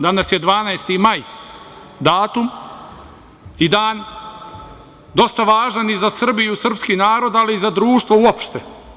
Danas je 12. maj datum i dan, dosta važan i za Srbiju, srpski narod, ali i za društvo uopšte.